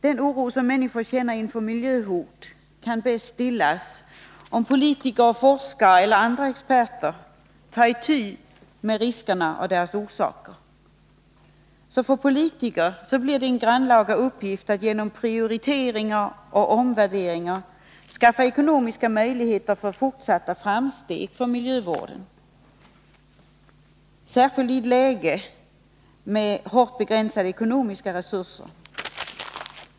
Den oro som människor känner inför miljöhot kan bäst stillas om politiker och forskare eller andra experter tar itu med riskerna och deras orsaker. För politiker blir det en grannlaga uppgift att genom prioriteringar och omvärderingar skaffa ekonomiska möjligheter för fortsatta framsteg för miljövården, särskilt i ett läge med hårt begränsade ekonomiska resurser.